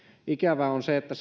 ikävää on se että